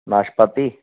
नाशपाती